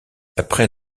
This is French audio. après